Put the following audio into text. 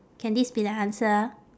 can this be the answer